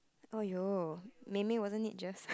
!aiyo! meimeiz3 wasn't it just